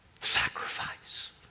Sacrifice